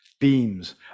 beams